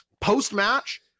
Post-match